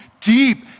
deep